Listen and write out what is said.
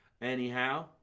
Anyhow